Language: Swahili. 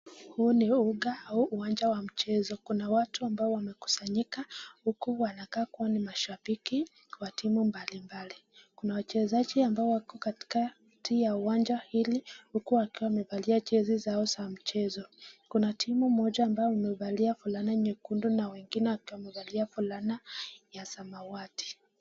Huu ni uhuga au uwanja wa mchezo. Kuna watu amba wame kusanyika, huku wanakaa kuwa mashabiki wa timu mbali mbali. Kuna wachezaji ambao wako katikati ya uwanja hili, huku wakiwa wamevalia jezi zao za mchezo. Kuna timu moja ambao wamevalia fulana nyekundu na wengine huku wamevalia fulana ya samawati.